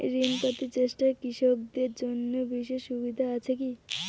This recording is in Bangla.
ঋণ পাতি চেষ্টা কৃষকদের জন্য বিশেষ সুবিধা আছি কি?